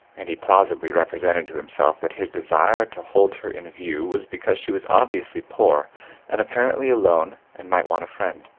and he plausibly r ep r esented to himself that his desire to hold her in view was because she was obviously poor and apparently alone and might want a friend.